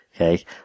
okay